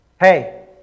hey